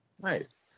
Nice